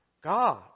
God